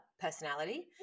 personality